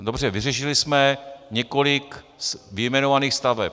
Dobře, vyřešili jsme několik vyjmenovaných staveb.